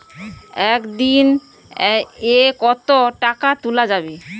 একদিন এ কতো টাকা তুলা যাবে?